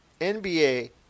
NBA